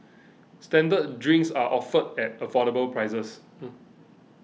standard drinks are offered at affordable prices